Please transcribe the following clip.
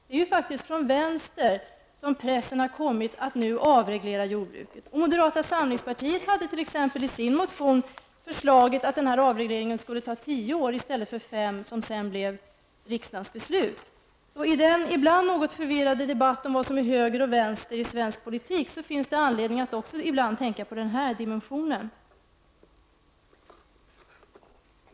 Det är faktiskt från vänster som man nu har pressat på för att avreglera jordbruket. Moderata samlingspartiet hade t.ex. i sin motion förslaget att denna avreglering skulle ta tio år i stället för fem, som sedan blev riksdagens beslut. I den ibland något förvirrade debatt om vad som är höger och vänster i svensk politik finns det alltså understundom anledning att tänka också i denna dimension.